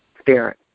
spirit